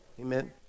Amen